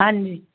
ਹਾਂਜੀ